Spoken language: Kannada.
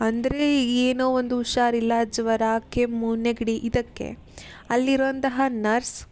ಅಂದರೆ ಏನೋ ಒಂದು ಹುಷಾರಿಲ್ಲ ಜ್ವರ ಕೆಮ್ಮು ನೆಗಡಿ ಇದಕ್ಕೆ ಅಲ್ಲಿರುವಂತಹ ನರ್ಸ್